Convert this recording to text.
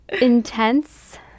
Intense